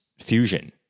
fusion